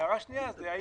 ההערה השנייה היא,